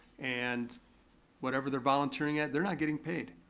and whatever they're volunteering at, they're not getting paid.